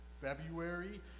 February